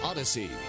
Odyssey